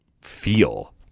feel